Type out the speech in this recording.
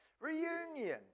Reunion